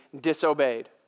disobeyed